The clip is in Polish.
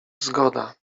zgoda